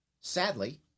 Sadly